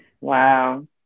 Wow